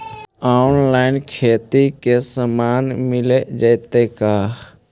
Online खेती के सामान मिल जैतै का?